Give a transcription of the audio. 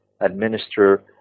administer